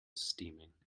steaming